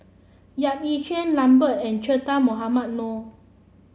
Yap Ee Chian Lambert and Che Dah Mohamed Noor